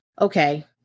Okay